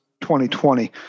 2020